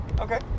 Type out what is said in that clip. Okay